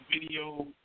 video